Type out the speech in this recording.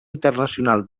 internacional